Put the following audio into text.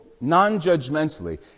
non-judgmentally